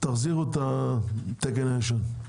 תחזירו את התקן הישן.